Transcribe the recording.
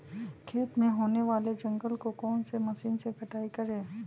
खेत में होने वाले जंगल को कौन से मशीन से कटाई करें?